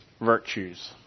virtues